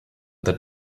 that